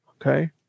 Okay